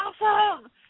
awesome